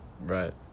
right